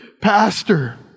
Pastor